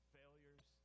failures